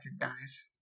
recognize